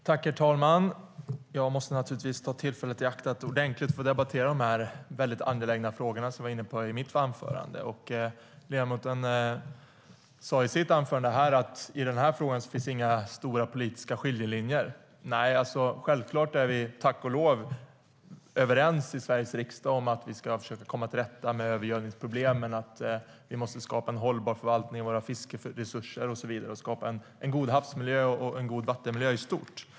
Herr talman! Jag måste naturligtvis ta tillfället i akt att ordentligt få debattera de väldigt angelägna frågor som jag var inne på i mitt anförande. Ledamoten sa i sitt anförande att i den här frågan finns det inte några stora politiska skiljelinjer. Självklart är vi tack och lov överens i Sveriges riksdag om att vi ska försöka komma till rätta med övergödningsproblemen, att vi måste skapa en hållbar förvaltning av våra fiskeresurser och så vidare och skapa en god havsmiljö och vattenmiljö i stort.